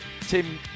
Tim